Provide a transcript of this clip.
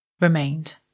remained